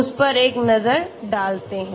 उस पर एक नजर डालते हैं